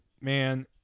man